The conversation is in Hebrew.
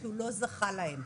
כי הוא לא זכה להן.